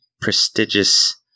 prestigious